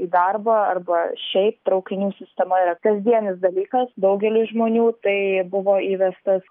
į darbą arba šiaip traukinių sistema yra kasdienis dalykas daugeliui žmonių tai buvo įvestas